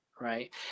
right